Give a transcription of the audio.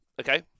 okay